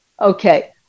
Okay